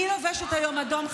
אני לובשת היום אדום,